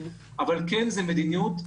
אבל כן זה מדיניות,